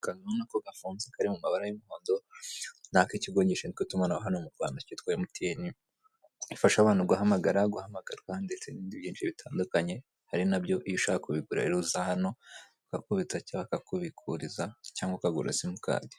Akantu ubona ko gafunze kari mu ibara ry'umuhondo ni ak'ikigo gishinzwe itumanaho hano mu Rwanda cyitwa MTN, gifasha abantu guhamagara, guhamagarwa ndetse n'ibindi byinshi bitandukanye, ari nabyo iyo ushaka kubigura rero uza hano bakakubikira cyangwa bakakubikurira cyangwa ukagura simukadi.